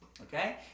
Okay